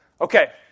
Okay